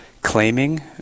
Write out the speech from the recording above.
claiming